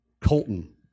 Colton